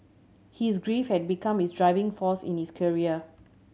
his grief had become his driving force in his career